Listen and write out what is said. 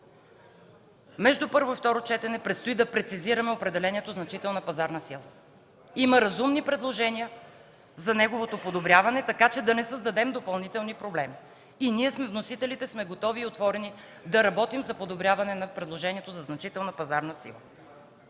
Между първо и второ четене предстои да прецизираме определението „значителна пазарна сила”. Има разумни предложения за неговото подобряване, така че да не създадем допълнителни проблеми. Ние с вносителите сме готови и отворени да работим за подобряване на предложението за „значителна пазарна сила”.